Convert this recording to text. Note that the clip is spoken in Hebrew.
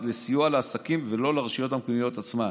לסיוע לעסקים ולא לרשויות המקומיות עצמן.